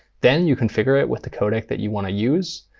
then you configure it with the codec that you want to use,